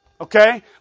Okay